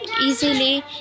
easily